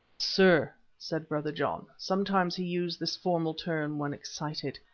sir, said brother john, sometimes he used this formal term when excited,